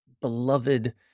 beloved